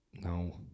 No